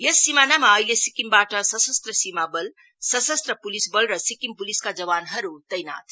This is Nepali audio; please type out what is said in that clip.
यस सीमानामा अहिले सिक्किमबाट सशस्त्र सीमा बल सशस्त्र पुलिस बल र सिक्किम पुलिसका जवानहरू तैनाथ छन्